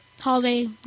Holiday